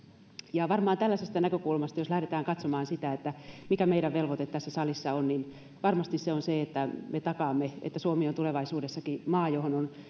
jos tällaisesta näkökulmasta lähdetään katsomaan sitä mikä meidän velvoitteemme tässä salissa on niin varmasti se on se että me takaamme että suomi on tulevaisuudessakin